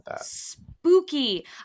spooky